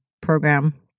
program